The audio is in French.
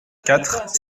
quatre